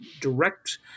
direct